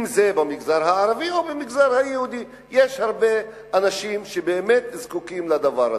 אם במגזר הערבי ואם במגזר היהודי יש הרבה אנשים שבאמת זקוקים לדבר הזה.